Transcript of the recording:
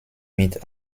mit